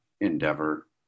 endeavor